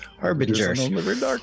harbingers